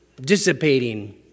dissipating